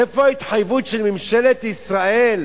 איפה ההתחייבות של ממשלת ישראל?